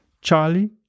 Charlie